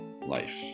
life